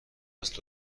است